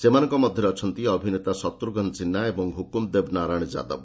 ସେମାନଙ୍କ ମଧ୍ୟରେ ଅଛନ୍ତି ଅଭିନେତା ଶତ୍ରୁଘ୍ନ ସିହ୍ନା ଏବଂ ହୁକୁମ୍ଦେବ ନାରାୟଣ ଯାଦବ